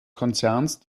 konzerns